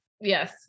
yes